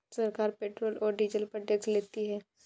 सरकार पेट्रोल और डीजल पर टैक्स लेती है